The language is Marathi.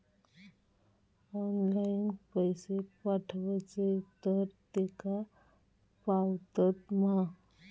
ऑनलाइन पैसे पाठवचे तर तेका पावतत मा?